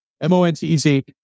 M-O-N-T-E-Z